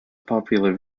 popular